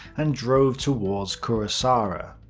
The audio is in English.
and drove towards kuressaare.